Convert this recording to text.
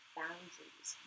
boundaries